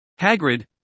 Hagrid